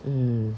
mm